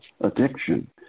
addiction